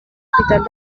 hospital